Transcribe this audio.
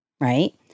Right